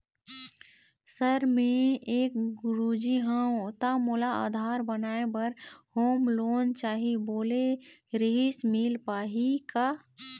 Sir मे एक गुरुजी हंव ता मोला आधार बनाए बर होम लोन चाही बोले रीहिस मील पाही का?